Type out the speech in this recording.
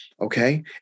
okay